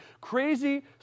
crazy